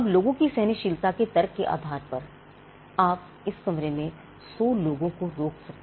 अब लोगों की सहनशीलता के तर्क के आधार पर आप इस कमरे में 100 लोगों को रोक सकते हैं